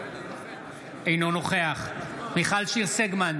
אינו נוכח אימאן ח'טיב יאסין,